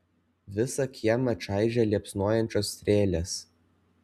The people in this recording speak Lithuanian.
visą kiemą čaižė liepsnojančios strėlės